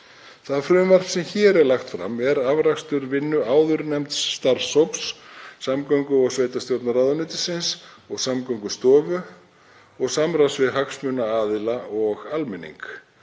Það frumvarp sem hér er lagt fram er afrakstur vinnu áðurnefnds starfshóps samgöngu- og sveitarstjórnarráðuneytisins og Samgöngustofu og samráðs við hagsmunaaðila og almenning.